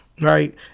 right